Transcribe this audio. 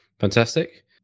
fantastic